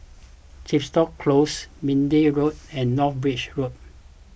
Chepstow Close Minden Road and North Bridge Road